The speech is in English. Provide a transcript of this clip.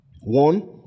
one